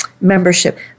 membership